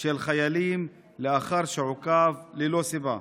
של חיילים לאחר שעוכב ללא סיבה.